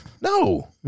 no